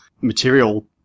material